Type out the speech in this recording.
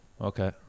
okay